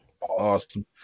Awesome